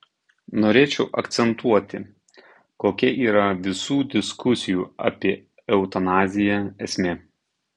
norėčiau akcentuoti kokia yra visų diskusijų apie eutanaziją esmė